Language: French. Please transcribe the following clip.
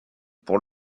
pour